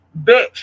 Bitch